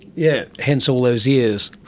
yeah hence all those years.